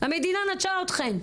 המדינה נטשה אתכן".